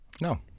No